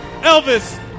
Elvis